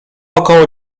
około